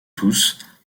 tous